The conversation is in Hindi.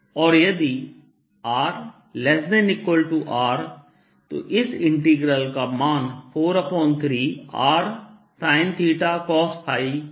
और यदि r≤Rतो इस इंटीग्रल का मान 4π3rsinθ cosϕ लिखा जा सकता है